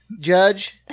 Judge